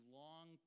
long